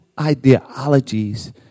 ideologies